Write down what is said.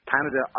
Canada